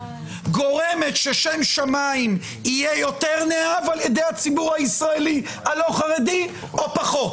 גורמת ששם שמיים יהיה יותר נאהב על הציבור הישראלי הלא-חרדי או פחות?